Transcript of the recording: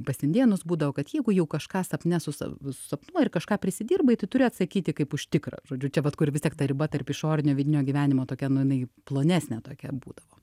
pas indėnus būdavo kad jeigu jau kažką sapne susa susapnuoji ir kažką prisidirbai tu turi atsakyti kaip už tikrą žodžiu čia vat kur vis tiek ta riba tarp išorinio vidinio gyvenimo tokia nu jinai plonesnė tokia būdavo